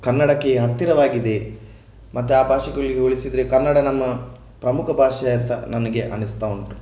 ಕನ್ನಡಕ್ಕೆ ಹತ್ತಿರವಾಗಿದೆ ಮತ್ತು ಆ ಭಾಷೆಗಳಿಗೆ ಹೋಲಿಸಿದರೆ ಕನ್ನಡ ನಮ್ಮ ಪ್ರಮುಖ ಭಾಷೆಯಂತ ನನಗೆ ಅನ್ನಿಸ್ತಾ ಉಂಟು